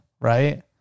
right